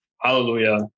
Hallelujah